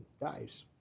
dies